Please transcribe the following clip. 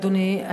אדוני,